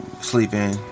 sleeping